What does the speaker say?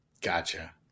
Gotcha